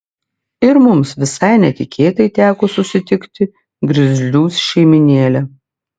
ir mums visai netikėtai teko susitikti grizlių šeimynėlę